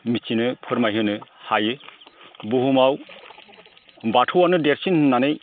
मिथिनो फोरमायहोनो हायो बुहुमाव बाथौआनो देरसिन होननानै